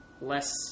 less